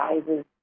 sizes